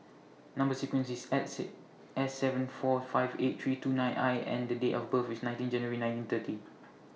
Number sequence IS S Say S seven four five eight three two nine I and The Day of birth IS nineteen January nineteen thirty